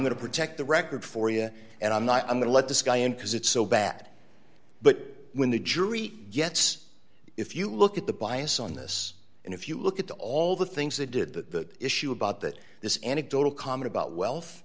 going to protect the record for you and i'm not i'm going to let this guy in because it's so bad but when the jury gets if you look at the bias on this and if you look at all the things that did the issue about that this is anecdotal comment